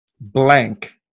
blank